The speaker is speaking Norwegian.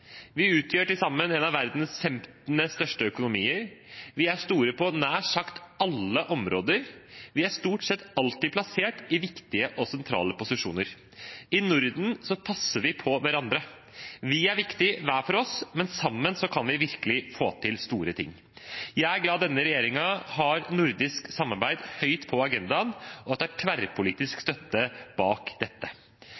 Vi utgjør til sammen en av verdens femtende største økonomier. Vi er store på nær sagt alle områder. Vi er stort sett alltid plassert i viktige og sentrale posisjoner. I Norden passer vi på hverandre. Vi er viktige hver for oss, men sammen kan vi virkelig få til store ting. Jeg er glad denne regjeringen har nordisk samarbeid høyt på agendaen, og at det er tverrpolitisk